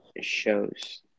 shows